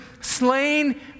slain